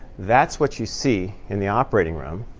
that's what you see in the operating room.